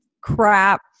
crap